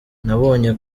nabonye